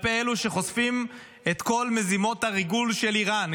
כלפי אלו שחושפים את כל מזימות הריגול של איראן,